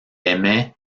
aimait